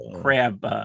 crab